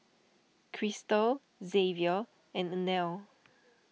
Kristal Xzavier and Inell